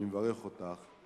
אני מברך אותך,